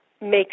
make